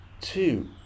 two